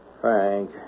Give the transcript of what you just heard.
Frank